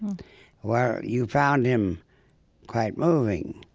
well, you found him quite moving